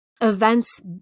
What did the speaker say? events